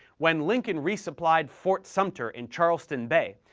when lincoln resupplied fort sumter in charleston bay,